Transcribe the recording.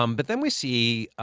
um but then we see,